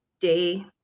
day